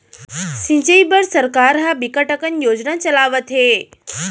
सिंचई बर सरकार ह बिकट अकन योजना चलावत हे